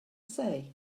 say